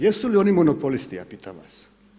Jesu li oni monopolisti, ja pitam vas?